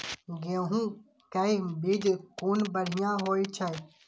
गैहू कै बीज कुन बढ़िया होय छै?